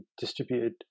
distributed